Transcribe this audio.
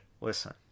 listen